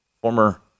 former